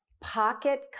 pocket